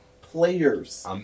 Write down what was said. players